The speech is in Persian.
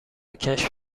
کشف